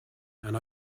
and